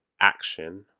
action